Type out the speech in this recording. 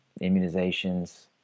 immunizations